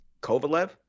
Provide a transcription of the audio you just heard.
Kovalev